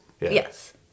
Yes